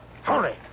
Hurry